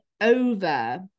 over